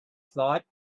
thought